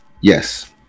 Yes